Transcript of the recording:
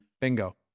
Bingo